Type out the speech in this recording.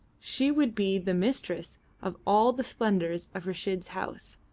she would be the mistress of all the splendours of reshid's house,